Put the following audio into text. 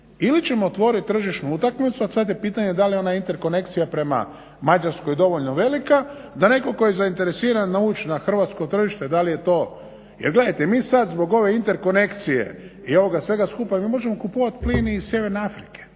ili ćemo otvorit tržišnu utakmicu, a sad je pitanje da li je ona interkonekcija prema Mađarskoj dovoljno velika, da netko tko je zainteresiran ući na hrvatsko tržište, da li je to jer gledajte, mi sad zbog ove interkonekcije i ovoga svega skupa mi možemo kupovat plin iz sjeverne Afrike